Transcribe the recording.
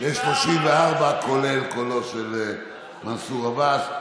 יש 34. 34, כולל קולו של מנסור עבאס.